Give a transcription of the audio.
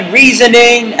reasoning